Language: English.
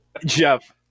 Jeff